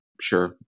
Sure